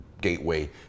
gateway